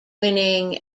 winning